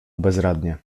bezradnie